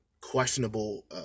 questionable